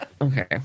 Okay